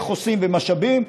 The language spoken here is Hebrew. איך עושים ומשאבים,